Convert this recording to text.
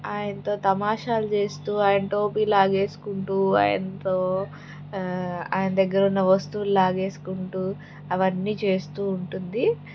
ఆయనతో తమాషాలు చేస్తూ ఆయన టోపీ లాగేసుకుంటూ ఆయనతో ఆయన దగ్గరున్న వస్తువులు లాగేసుకుంటూ అవన్నీ చేస్తూ ఉంటుంది